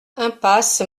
impasse